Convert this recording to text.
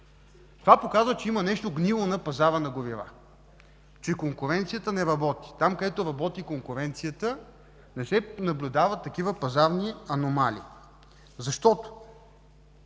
Това показва, че има нещо гнило на пазара на горива, че конкуренцията не работи. Там, където работи конкуренцията, не се наблюдават такива пазарни аномалии, защото